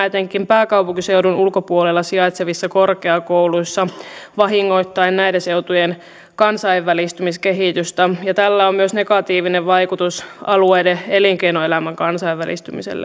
etenkin pääkaupunkiseudun ulkopuolella sijaitsevissa korkeakouluissa vahingoittaen näiden seutujen kansainvälistymiskehitystä tällä on myös negatiivinen vaikutus alueiden elinkeinoelämän kansainvälistymiseen